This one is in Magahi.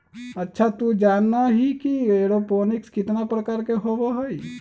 अच्छा तू जाना ही कि एरोपोनिक्स कितना प्रकार के होबा हई?